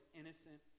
innocent